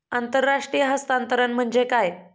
आंतरराष्ट्रीय हस्तांतरण म्हणजे काय?